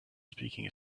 speaking